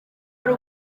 hari